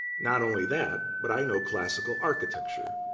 not only that, but i know classical architecture.